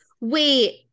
wait